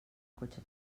cotxe